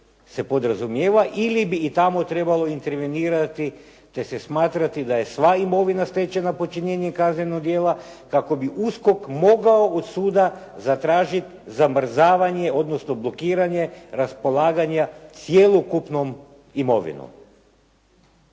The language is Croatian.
se podrazumijeva ili bi i tamo trebalo intervenirati te se smatrati da je sva imovina stečena počinjenjem kaznenog djela kako bi USKOK moralo od suda zatražiti zamrzavanje, odnosno blokiranje raspolaganja cjelokupnom imovinom.